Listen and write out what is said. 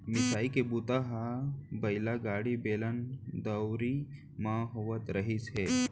मिसाई के बूता ह बइला गाड़ी, बेलन, दउंरी म होवत रिहिस हे